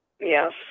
Yes